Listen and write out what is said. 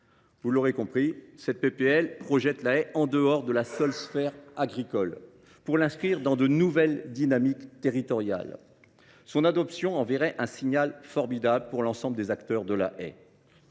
Vous l’aurez compris, cette proposition de loi projette la haie en dehors de la seule sphère agricole, pour l’inscrire dans de nouvelles dynamiques territoriales. Son adoption enverrait un formidable signal à l’ensemble des acteurs de la haie.